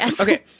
okay